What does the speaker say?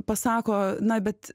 pasako na bet